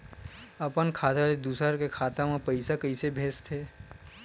अपन खाता ले दुसर के खाता मा पईसा कइसे भेजथे?